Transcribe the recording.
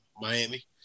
Miami